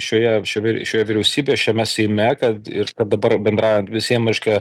šioje šiovi šioje vyriausybėje šiame seime kad ir dabar bendra visiem reiškia